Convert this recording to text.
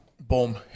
Boom